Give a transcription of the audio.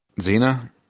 Zena